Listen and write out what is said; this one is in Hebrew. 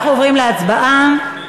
אנחנו עוברים להצבעה על